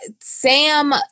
Sam